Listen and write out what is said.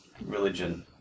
religion